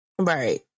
right